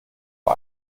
vor